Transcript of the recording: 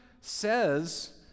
says